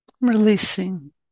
releasing